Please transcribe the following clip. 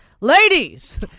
ladies